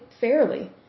fairly